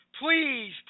Please